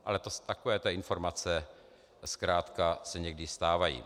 Ale takovéto informace zkrátka se někdy stávají.